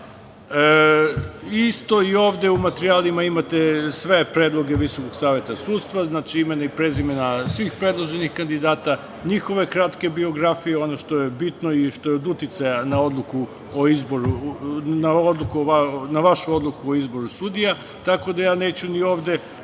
sudija. Ovde u materijalima imate sve predloge Visokog saveta sudstva, znači imena i prezimena svih predloženih kandidata, njihove kratke biografije, ono što je bitno i što je od uticaja na vašu odluku o izboru sudija. Tako da ja neću ni ovde